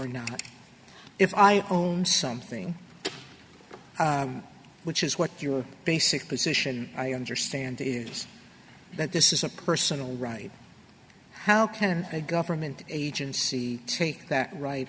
or not if i own something which is what your basic position i understand is that this is a personal right how can a government agency take that right